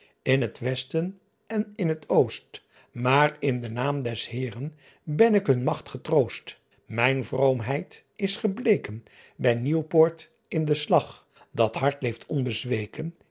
n t esten en in t ost aer in den naem des eeren en ik hun maght getroost ijn vroomheit is gebleken y ieuwpoort in den slagh at hart leeft onbezweken